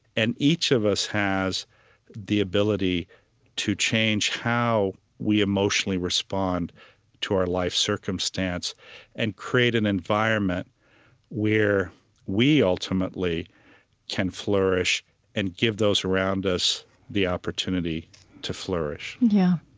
and each of us has the ability to change how we emotionally respond to our life circumstance and create an environment where we ultimately can flourish and give those around us the opportunity to flourish yeah.